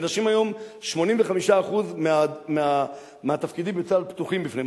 ונשים היום, 85% מהתפקידים בצה"ל פתוחים בפניהן.